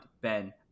Ben